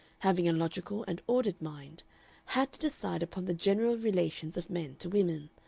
having a logical and ordered mind had to decide upon the general relations of men to women,